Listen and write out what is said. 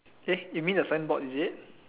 eh you mean the signboard is it